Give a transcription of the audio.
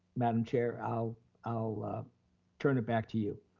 madam chair, i'll i'll turn it back to you.